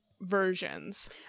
versions